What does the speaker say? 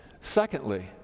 Secondly